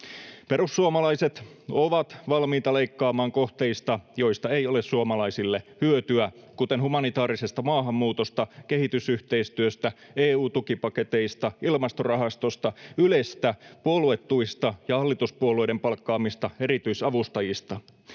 Perussuomalaiset ovat valmiita leikkaamaan kohteista, joista ei ole suomalaisille hyötyä, kuten humanitaarisesta maahanmuutosta, kehitysyhteistyöstä, EU-tukipaketeista, Ilmastorahastosta, Ylestä, puoluetuista ja hallituspuolueiden palkkaamista erityisavustajista.